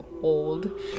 old